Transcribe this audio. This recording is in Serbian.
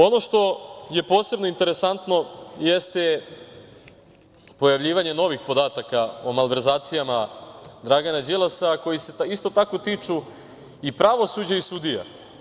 Ono što je posebno interesantno jeste pojavljivanje novih podataka o malverzacijama Dragana Đilasa, koji se isto tako tiču i pravosuđa i sudija.